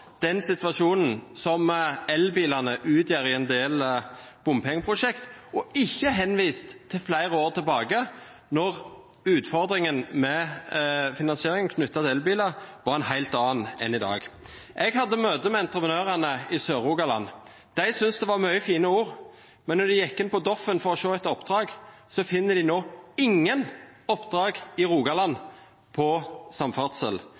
den situasjonen som elbilene fører til i en del bompengeprosjekter, og ikke henviste til flere år tilbake, da utfordringen med finansiering knyttet til elbiler var en helt annen enn i dag. Jeg hadde et møte med entreprenørene i Sør-Rogaland. De syntes det var mange fine ord, men når de går inn på Doffin for å se etter oppdrag, finner de nå ingen oppdrag innenfor samferdsel i Rogaland.